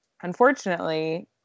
unfortunately